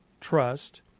trust